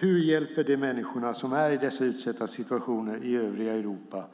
Hur hjälper det människor i övriga Europa som befinner sig i dessa utsatta situationer